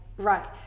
Right